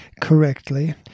correctly